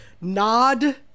nod